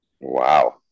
Wow